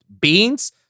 beans